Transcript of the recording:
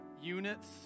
units